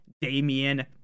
Damian